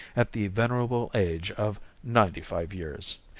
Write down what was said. at the venerable age of ninety five years.